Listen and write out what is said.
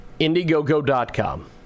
indiegogo.com